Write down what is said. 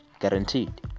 guaranteed